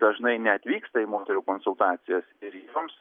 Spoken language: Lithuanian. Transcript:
dažnai neatvyksta į moterų konsultacijas ir joms